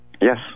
Yes